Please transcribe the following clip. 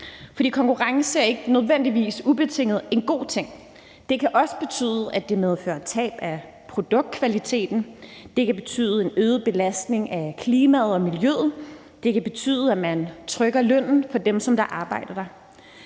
Konkurrence er ikke nødvendigvis ubetinget en god ting. Det kan også betyde, at det medfører tab af produktkvaliteten; det kan betyde en øget belastning af klimaet og miljøet; det kan betyde, at man trykker lønnen for dem, der arbejder der.